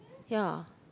ya